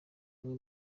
amwe